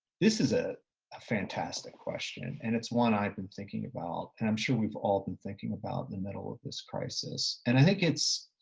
this is a ah fantastic question and it's one i've been thinking and i'm sure we've all been thinking about in the middle of this crisis. and i think it's,